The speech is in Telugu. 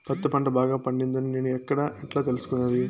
పత్తి పంట బాగా పండిందని నేను ఎక్కడ, ఎట్లా తెలుసుకునేది?